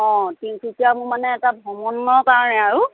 অ তিনিচুকীয়া মোৰ মানে এটা ভ্ৰমণৰ কাৰণে আৰু